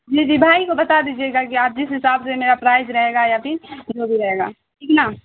جی جی بھائی کو بتا دیجیے گا کہ آپ جس حساب سے میرا پرائز رہے گا یا پھر جو بھی رہے گا ٹھیک نا